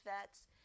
vets